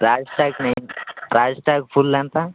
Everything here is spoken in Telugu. royal Stag Royal Stag full ఎంత